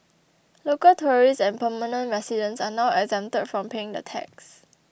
local tourists and permanent residents are now exempted from paying the tax